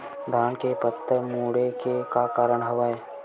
धान के पत्ता मुड़े के का कारण हवय?